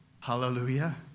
hallelujah